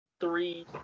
three